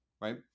right